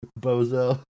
bozo